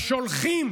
השולחים